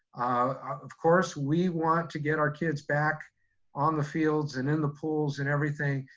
of course, we want to get our kids back on the fields and in the pools and everything.